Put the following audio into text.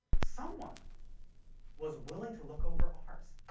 someone was willing to look over ours.